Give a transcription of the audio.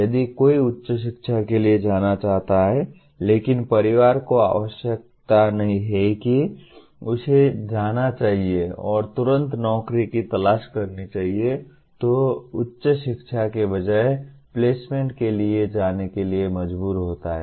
यदि कोई उच्च शिक्षा के लिए जाना चाहता है लेकिन परिवार को आवश्यकता है कि उसे जाना चाहिए और तुरंत नौकरी की तलाश करनी चाहिए तो वह उच्च शिक्षा के बजाय प्लेसमेंट के लिए जाने के लिए मजबूर होता है